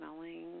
smelling